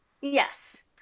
Yes